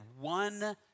One